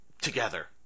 together